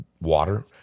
water